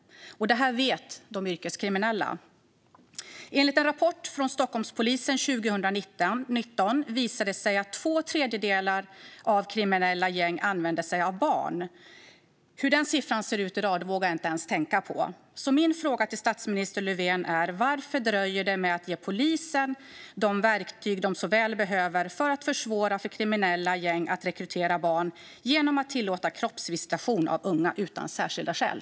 Det vet de yrkeskriminella. Enligt en rapport från Stockholmspolisen från 2019 visade det sig att två tredjedelar av de kriminella gängen använder sig av barn. Hur den siffran ser ut i dag vågar jag inte ens tänka på. Min fråga till statsminister Löfven är: Varför dröjer det att ge polisen de verktyg de så väl behöver, till exempel att tillåta kroppsvisitation av unga utan särskilda skäl, för att försvåra för kriminella gäng att rekrytera barn?